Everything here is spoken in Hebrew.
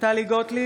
טלי גוטליב,